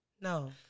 No